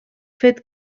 fet